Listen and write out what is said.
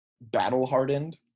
battle-hardened